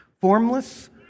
Formless